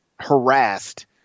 harassed